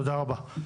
תודה רבה.